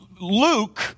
Luke